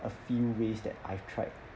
a few ways that I've tried